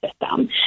system